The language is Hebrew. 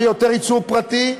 שיהיה יותר ייצור פרטי,